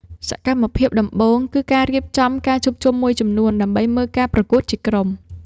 សកម្មភាពដំបូង គឺការរៀបចំការជួបជុំមួយចំនួន ដើម្បីមើលការប្រកួតជាក្រុម។